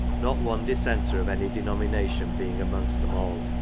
not one dissenter of any denomination being amongst them all.